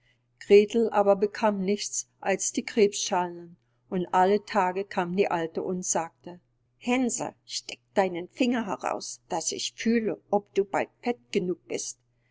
gretel aber bekam nichts als die krebsschalen und alle tage kam die alte und sagte hänsel streck deine finger heraus daß ich fühle ob du bald fett genug bist